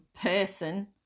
person